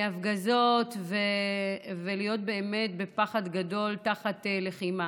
על הפגזות, על להיות באמת בפחד גדול תחת לחימה.